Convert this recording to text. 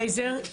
לייזר.